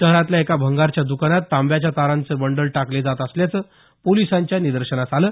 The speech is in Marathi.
शहरातल्या एका भंगाराच्या दुकानात तांब्याच्या तारांचे बंडल टाकले जात असल्याचे पोलिसांच्या निदर्शनास आले